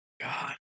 God